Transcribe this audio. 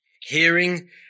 hearing